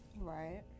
Right